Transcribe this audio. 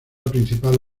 principal